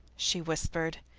she whispered.